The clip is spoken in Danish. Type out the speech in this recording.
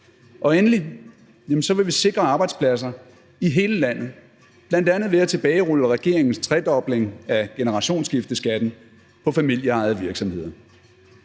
Og endelig så vil vi sikre arbejdspladser i hele landet, bl.a. ved at tilbagerulle regeringens tredobling af generationsskifteskatten på familieejede virksomheder.